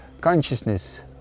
consciousness